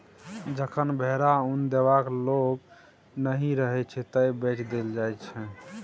जखन भेरा उन देबाक जोग नहि रहय छै तए बेच देल जाइ छै